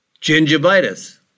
Gingivitis